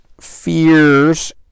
fears